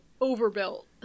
overbuilt